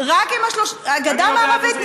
הגדה המערבית.